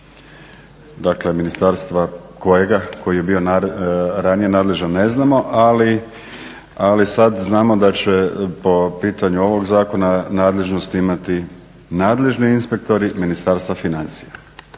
dakle ministarstva kojega, tko je bio ranije nadležan ne znamo, ali sad znamo da će po pitanju ovog zakona nadležnost imati nadležni inspektori Ministarstva financija.